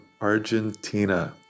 Argentina